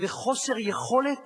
וחוסר יכולת